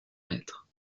maître